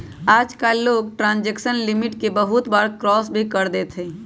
आजकल लोग transaction limit के बहुत बार क्रास भी कर देते हई